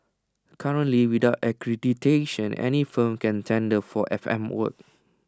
currently without accreditation any firm can tender for F M work